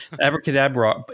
Abracadabra